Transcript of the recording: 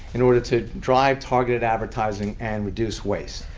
in order to drive targeted advertising and reduce waste.